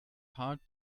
hard